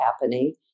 happening